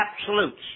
absolutes